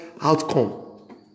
outcome